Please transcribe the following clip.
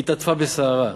היא התעטפה בשערה.